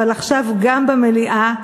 אבל עכשיו גם במליאה,